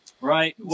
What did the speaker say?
Right